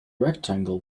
rectangle